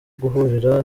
guhurira